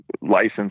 license